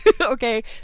okay